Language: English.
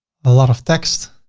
a lot of text.